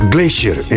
Glacier